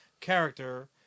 Character